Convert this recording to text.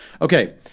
Okay